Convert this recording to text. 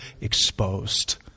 exposed